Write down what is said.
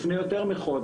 לפני יותר מחודש,